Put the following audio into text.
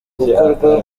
gukorwa